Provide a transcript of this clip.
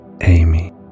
Amy